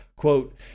Quote